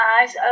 eyes